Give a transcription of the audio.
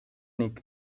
nik